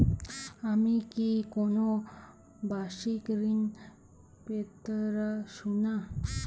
আমি কি কোন বাষিক ঋন পেতরাশুনা?